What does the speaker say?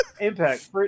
Impact